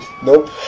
Nope